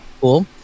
Cool